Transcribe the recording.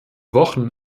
wochen